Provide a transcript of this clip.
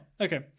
Okay